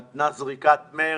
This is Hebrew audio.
נתנה זריקת מרץ,